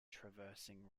traversing